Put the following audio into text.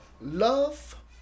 Love